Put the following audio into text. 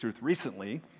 recently